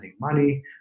money